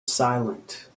silent